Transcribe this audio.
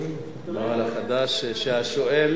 הנוהל החדש הוא שהשואל